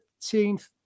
13th